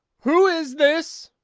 who is this?